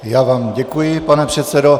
Já vám děkuji, pane předsedo.